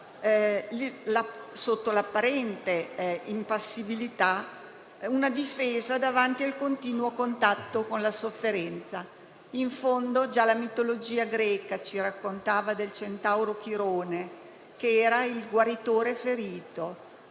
sotto l'apparente impassibilità, una difesa davanti al continuo contatto con la sofferenza. In fondo, già la mitologia greca ci raccontava del centauro Chirone, il guaritore ferito,